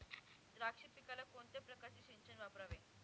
द्राक्ष पिकाला कोणत्या प्रकारचे सिंचन वापरावे?